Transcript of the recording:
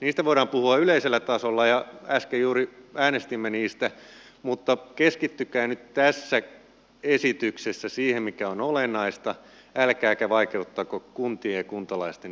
niistä voidaan puhua yleisellä tasolla ja äsken juuri äänestimme niistä mutta keskittykää nyt tässä esityksessä siihen mikä on olennaista älkääkä vaikeuttako kuntien kuntalaisten